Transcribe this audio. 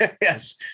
Yes